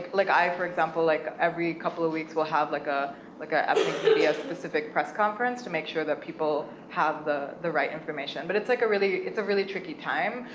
like i, for example, like every couple of weeks will have like ah like a ethnic media specific press conference to make sure that people have the the right information, but it's like a really, it's a really tricky time,